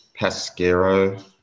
Pasquero